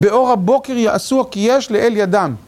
באור הבוקר יעשוה כי יש לאל ידם